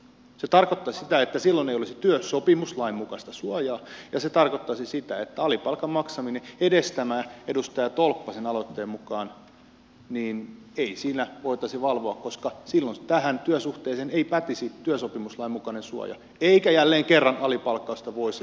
se tarkoittaisi sitä että silloin ei olisi työsopimuslain mukaista suojaa ja se tarkoittaisi sitä että alipalkan maksamista edes tämän edustaja tolppasen aloitteen mukaan ei voitaisi valvoa koska silloin tähän työsuhteeseen ei pätisi työsopimuslain mukainen suoja eikä jälleen kerran alipalkkausta voisi valvoa